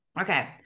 Okay